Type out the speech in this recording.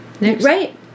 Right